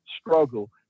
struggle